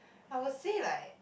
I will say like